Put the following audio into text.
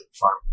farm